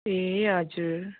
ए हजुर